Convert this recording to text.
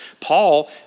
Paul